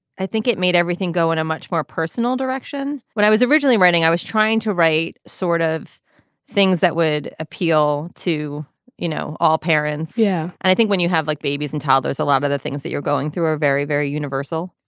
i think it made everything go in a much more personal direction when i was originally writing i was trying to write sort of things that would appeal to you know all parents. yeah. and i think when you have like babies and toddlers a lot of the things that you're going through are very very universal.